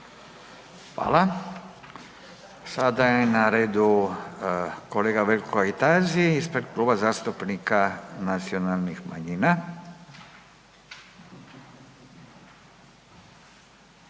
Fala. Sada je na redu kolega Veljko Kajtazi ispred Kluba zastupnika Nacionalnih manjina.